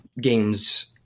games